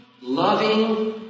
loving